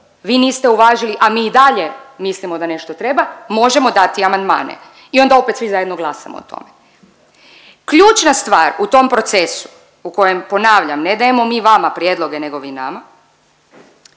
vi niste uvažili, a mi i dalje mislimo da nešto treba možemo dati amandmane i onda opet svi zajedno glasamo o tome. Ključna stvar u tom procesu u kojem ponavljam ne dajemo mi vama prijedloge, nego vi nama,